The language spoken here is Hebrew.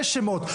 יש שמות.